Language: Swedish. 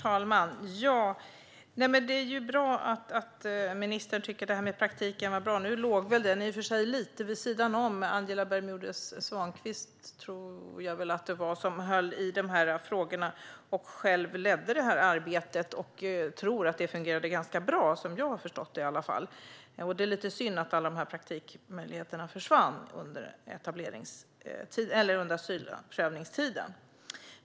Herr talman! Det är bra att ministern tycker att praktiken är bra. Nu ligger den lite vid sidan om. Jag tror att det var Angeles Bermudez-Svankvist som höll i de frågorna och själv ledde arbetet. Jag har förstått att det fungerade bra. Det är synd att praktikmöjligheterna försvann under asylprövningstiden.